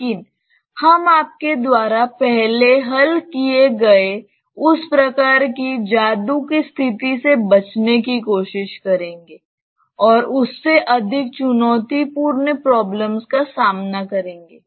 लेकिन हम आपके द्वारा पहले हल किए गए उस प्रकार की जादू की स्थिति से बचने की कोशिश करेंगे और उससे अधिक चुनौतीपूर्ण प्रॉब्लम्स का सामना करेंगे